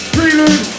Prelude